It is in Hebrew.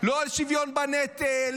לא על שוויון בנטל,